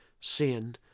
sin